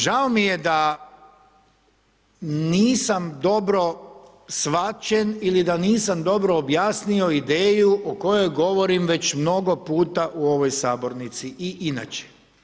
Žao mi je da nisam dobro shvaćen ili da nisam dobro objasnio ideju o kojoj govorim već mnogo puta u ovoj sabornici i inače.